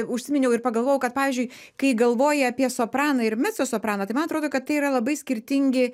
užsiminiau ir pagalvojau kad pavyzdžiui kai galvoji apie sopraną ir mecosopraną tai man atrodo kad tai yra labai skirtingi